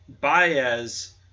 Baez